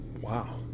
Wow